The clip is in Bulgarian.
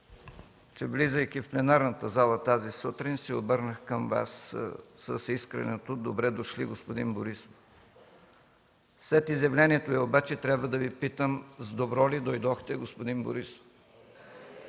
че влизайки в пленарната зала тази сутрин, се обърнах към Вас с искреното: „Добре дошли, господин Борисов!” След изявлението Ви обаче трябва да Ви питам: „С добро ли дойдохте, господин Борисов?”